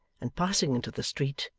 and passing into the street,